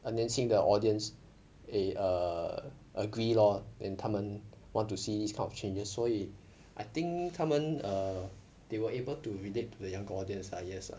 err 年轻的 audience eh err agree lor then 他们 want to see these kind of changes 所以 I think 他们 err they were able to relate to the younger audience ah yes lah